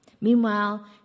Meanwhile